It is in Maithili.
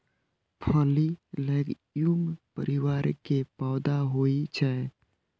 फली लैग्यूम परिवार के पौधा होइ छै